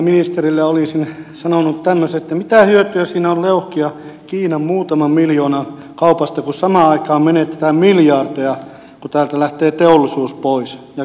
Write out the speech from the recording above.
minä ministerille olisin sanonut tämmöisen että mitä hyötyä siinä on leuhkia kiinan muutaman miljoonan kaupasta kun samaan aikaan menetetään miljardeja kun täältä lähtee teollisuus pois ja kilpailukyky on mennyt